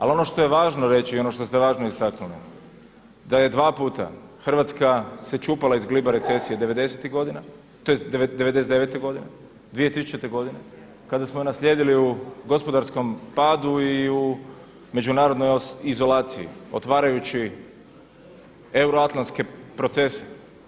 Ali ono što je važno reći i ono što ste važno istaknuli da je dva puta Hrvatska se čupala iz gliba recesije devedesetih godina, tj. '99. godine, 2000. godine kada smo je naslijedili u gospodarskom padu i u međunarodnoj izolaciji otvarajući euroatlantske procese.